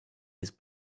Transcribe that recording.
his